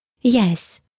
Yes